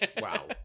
Wow